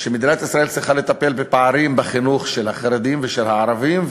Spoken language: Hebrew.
שמדינת ישראל צריכה לטפל בפערים בחינוך של החרדים ושל הערבים,